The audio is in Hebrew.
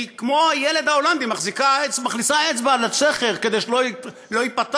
היא כמו הילד ההולנדי: מכניסה אצבע לסכר כדי שלא יפתח,